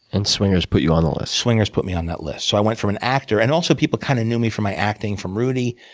and swingers put you on the list. swingers put me on that list. so i went from an actor, and also people kind of knew me from my acting from rudy,